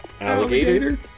Alligator